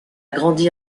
grandi